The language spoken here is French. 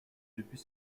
depuis